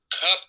cup